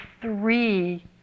three